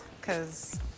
Cause